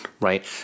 Right